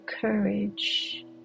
courage